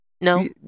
no